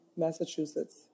Massachusetts